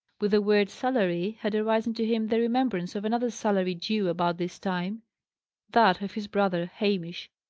with the word salary had arisen to him the remembrance of another's salary due about this time that of his brother hamish.